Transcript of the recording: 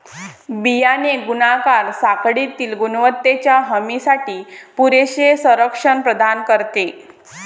बियाणे गुणाकार साखळीतील गुणवत्तेच्या हमीसाठी पुरेसे संरक्षण प्रदान करते